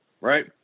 right